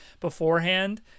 beforehand